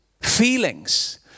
feelings